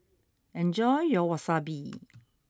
enjoy your Wasabi